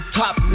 top